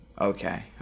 okay